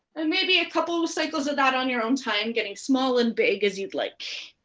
and maybe a couple of cycles of that on your own time, getting small and big as you'd like.